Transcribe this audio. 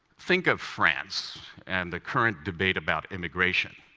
think of france and the current debate about immigration.